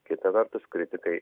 kita vertus kritikai